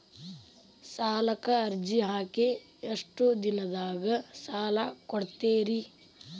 ಸಾಲಕ ಅರ್ಜಿ ಹಾಕಿ ಎಷ್ಟು ದಿನದಾಗ ಸಾಲ ಕೊಡ್ತೇರಿ?